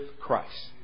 Christ